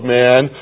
man